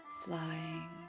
flying